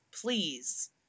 Please